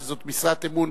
שזאת משרת אמון,